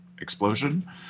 explosion